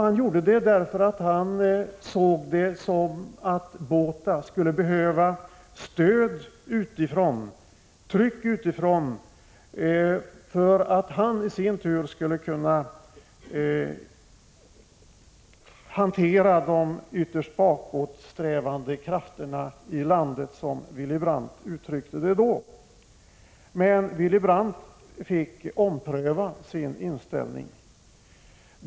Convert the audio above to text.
Han ansåg att Botha behövde stöd utifrån, tryck utifrån, för att i sin tur kunna hantera de ytterst bakåtsträvande krafterna i landet, som Willy Brandt då uttryckte det. Men Willy Brandt fick ompröva sin inställning.